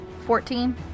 Fourteen